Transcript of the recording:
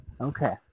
Okay